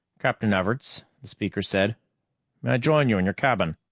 captain everts, the speaker said. may i join you in your cabin?